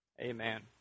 Amen